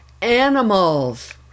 animals